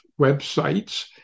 websites